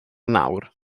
nawr